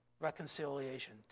Reconciliation